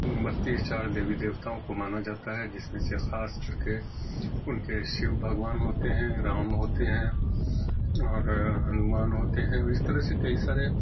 بتیس ہزار دیوی دیوتاؤں کو مانا جاتا ہے جس میں سے خاص فرقے ان کے شیو بھگوان ہوتے ہیں رام ہوتے ہیں اور ہنومان ہوتے ہیں اس طرح سے کئی سارے